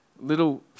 little